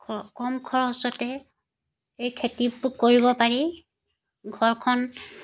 খৰ কম খৰচতে এই খেতিবোৰ কৰিব পাৰি ঘৰখন